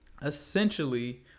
essentially